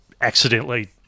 accidentally